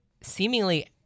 seemingly